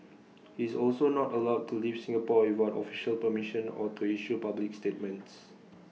he is also not allowed to leave Singapore without official permission or to issue public statements